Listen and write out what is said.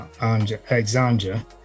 Alexandra